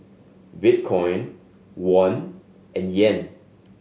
Bitcoin Won and Yen